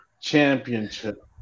Championship